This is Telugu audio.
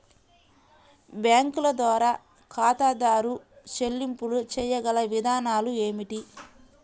బ్యాంకుల ద్వారా ఖాతాదారు చెల్లింపులు చేయగల విధానాలు ఏమిటి?